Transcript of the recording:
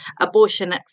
abortion